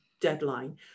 deadline